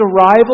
arrival